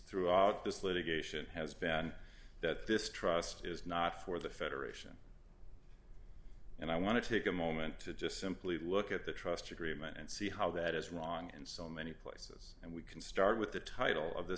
throughout this litigation has been that this trust is not for the federation and i want to take a moment to just simply look at the trust agreement and see how that is wrong in so many places and we can start with the title of this